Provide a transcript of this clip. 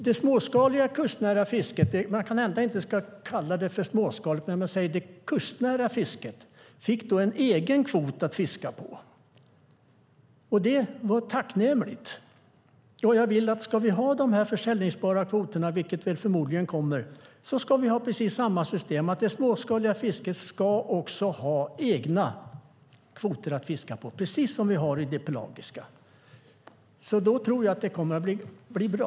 Det kustnära fisket - man kanske ändå inte ska kalla det småskaligt - fick då en egen kvot att fiska på. Det var tacknämligt. Ska vi ha de säljbara kvoterna, vilket förmodligen är något som kommer, ska vi ha precis samma system. Det småskaliga fisket ska också ha egna kvoter att fiska på, precis som det pelagiska fisket. Då tror jag att det kommer att bli bra.